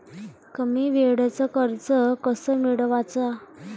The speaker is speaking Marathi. कमी वेळचं कर्ज कस मिळवाचं?